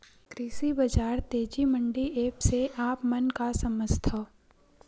कृषि बजार तेजी मंडी एप्प से आप मन का समझथव?